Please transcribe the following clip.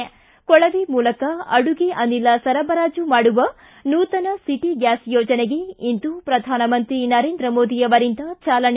ಿ ಕೊಳವೆ ಮೂಲಕ ಅಡುಗೆ ಅನಿಲ ಸರಬರಾಜು ಮಾಡುವ ನೂತನ ಸಿಟಿ ಗ್ರಾಸ್ ಯೋಜನೆಗೆ ಇಂದು ಪ್ರಧಾನಮಂತ್ರಿ ನರೇಂದ್ರ ಮೋದಿ ಅವರಿಂದ ಚಾಲನೆ